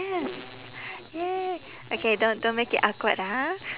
yes !yay! okay don't don't make it awkward ah